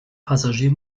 passagier